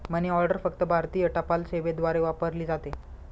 मनी order फक्त भारतीय टपाल सेवेद्वारे वापरली जाते